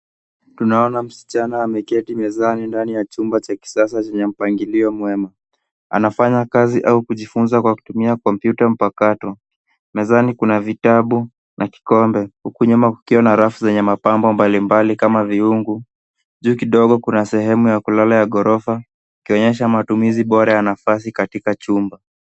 Tunaona msichana ameketi mezani ndani ya chumba cha kisasa chenye mpangilio mwema. Anafanya kazi au kujifunza kwa kutumia kompyuta mpakato. Mezani kuna vitabu na kikombe kuku nyuma kukiwa na rafu zenye mapambo mbalimbali kama viungu. Juu kidogo kuna sehemu ya kulala ya ghorofa ikionyesha matumizi bora ya nafasi katika chumba.